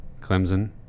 Clemson